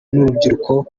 n’urubyiruko